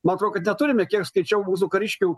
man atrodo kad teturime kiek skaičiau mūsų kariškių